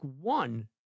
one